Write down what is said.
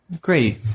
Great